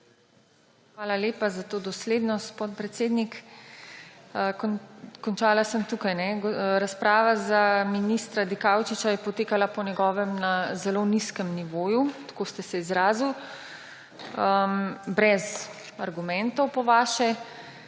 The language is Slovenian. Hvala lepa za to doslednost, podpredsednik. Končala sem tukaj. Razprava za ministra Dikaučiča je potekala po njegovem na zelo nizkem nivoju – tako ste se izrazili, po vašem brez argumentov. Pa